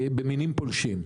במינים פולשים.